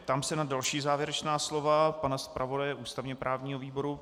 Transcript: Ptám se na další závěrečná slova pana zpravodaje ústavněprávního výboru.